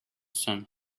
sun